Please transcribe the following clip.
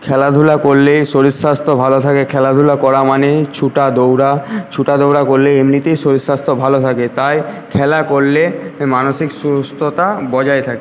খেলাধুলা করলে শরীর স্বাস্থ্য ভালো থাকে খেলাধুলা করা মানে ছোটা দৌড়া ছোটা দৌড়া করলে এমনিতেই শরীর স্বাস্থ্য ভালো থাকে তাই খেলা করলে মানসিক সুস্থতা বজায় থাকে